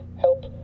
help